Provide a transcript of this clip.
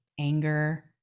anger